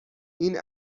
این